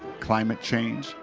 climate change,